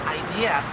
idea